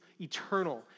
eternal